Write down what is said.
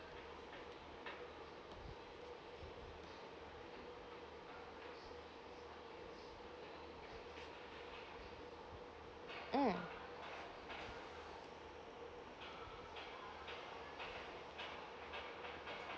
mm